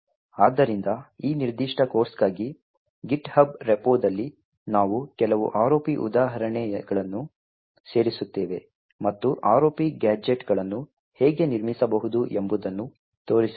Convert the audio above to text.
ಆದ್ದರಿಂದ ಈ ನಿರ್ದಿಷ್ಟ ಕೋರ್ಸ್ಗಾಗಿ ಗಿಥಬ್ ರೆಪೋದಲ್ಲಿ ನಾವು ಕೆಲವು ROP ಉದಾಹರಣೆಗಳನ್ನು ಸೇರಿಸುತ್ತೇವೆ ಮತ್ತು ROP ಗ್ಯಾಜೆಟ್ಗಳನ್ನು ಹೇಗೆ ನಿರ್ಮಿಸಬಹುದು ಎಂಬುದನ್ನು ತೋರಿಸುತ್ತೇವೆ